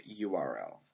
URL